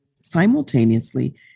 simultaneously